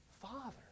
father